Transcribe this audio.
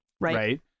right